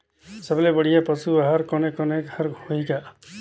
सबले बढ़िया पशु आहार कोने कोने हर होही ग?